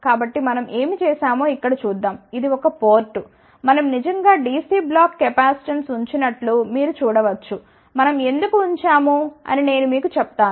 కాబట్టి మనం ఏమి చేసామో ఇక్కడ చూద్దాం ఇది ఒక పోర్ట్ మనం నిజంగా DC బ్లాక్ కెపాసిటెన్స్ ఉంచినట్లు మీరు చూడ వచ్చు మనం ఎందుకు ఉంచాము అని నేను మీకు చెప్తాను